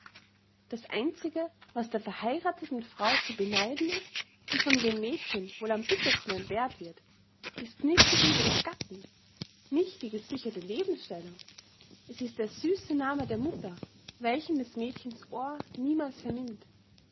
das einzige was der verheiratheten frau zu beneiden ist und von dem mädchen wohl am bittersten entbehrt wird ist nicht die liebe des gatten nicht die gesicherte lebensstellung es ist der süße name der mutter welchen des mädchens ohr niemals vernimmt